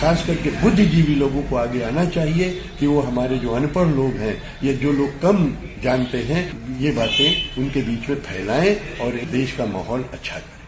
खास कर के बुद्धिजीवी लोगों को आगे आना चाहिए कि वह जो अनपढ़ लोग हैं या जो लोग कम जानते है ये बातें उनके बीच में फैलाएं और देश का माहौल अच्छा करें